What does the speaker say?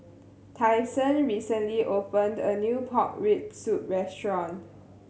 Tyson recently opened a new pork rib soup restaurant